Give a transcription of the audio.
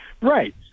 Right